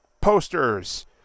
posters